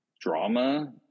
drama